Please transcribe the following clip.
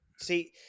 see